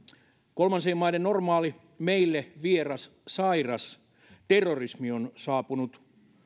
kolmansien maiden normaali meille vieras sairas terrorismi on saapunut